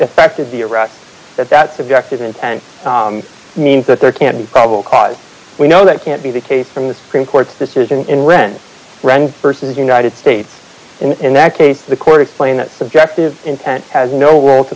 effected the arrest that that subject isn't and means that there can't be probable cause we know that can't be the case from the supreme court's decision in rent friend versus united states in that case the court explain that subjective intent has no role to